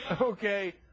Okay